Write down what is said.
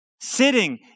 sitting